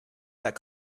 that